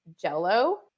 jello